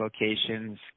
locations